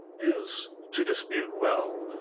is, to dispute well,